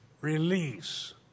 release